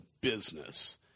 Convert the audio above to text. business